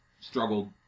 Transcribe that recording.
struggled